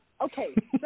Okay